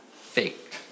faked